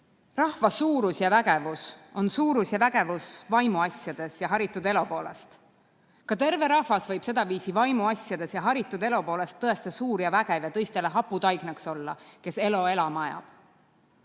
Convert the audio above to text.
"[Rahva] suurus ja vägevus on suurus ja vägevus vaimu asjades ja haritud elo poolest. Ka terve rahvas võib sedaviisi vaimu asjades ja haritud elo poolest tõeste suur ja vägev ja tõistele hapu taignaks olla, kes elo elama ajab."